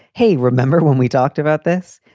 hey, remember when we talked about this?